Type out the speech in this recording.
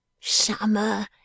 Summer